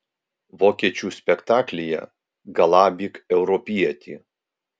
vokiečių spektaklyje galabyk europietį